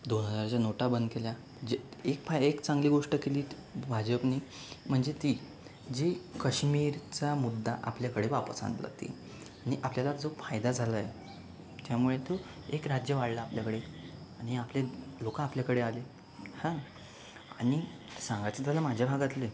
दोन हजारच्या नोटा बंद केल्या एक फा एक चांगली गोष्ट केली ती भाजपने म्हणजे ती जी काश्मीरचा मुद्दा आपल्याकडे वापस आणला ती नी आपल्याला जो फायदा झाला आहे त्यामुळे तो एक राज्य वाढलं आपल्याकडे आणि आपले लोक आपल्याकडे आले हां आणि सांगायचं झालं माझ्या भागातले